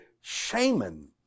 shaman